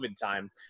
time